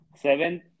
Seventh